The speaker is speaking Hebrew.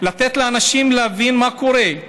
לתת לאנשים להבין מה קורה.